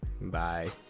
Bye